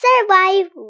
survive